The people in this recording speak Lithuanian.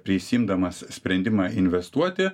prisiimdamas sprendimą investuoti